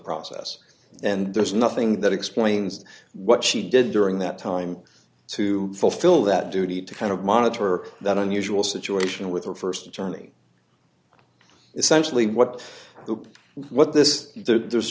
process and there's nothing that explains what she did during that time to fulfill that duty to kind of monitor that unusual situation with her st attorney essentially what the what this is there's